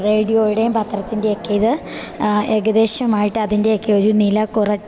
റേഡിയോയുടെയും പത്രത്തിൻ്റെയൊക്കെ ഇത് ഏകദേശമായിട്ട് അതിൻ്റെയൊക്കെ ഒരു നില കുറച്ച്